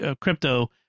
crypto